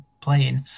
playing